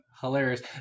Hilarious